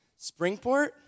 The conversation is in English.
Springport